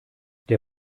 der